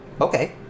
Okay